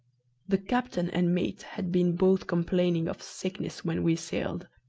the captain and mate had been both complaining of sickness when we sailed,